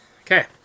Okay